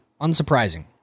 unsurprising